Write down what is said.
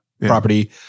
property